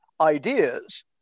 ideas